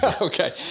Okay